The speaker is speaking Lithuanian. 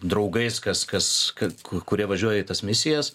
draugais kas kas kad kurie važiuoja į tas misijas